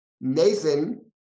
Nathan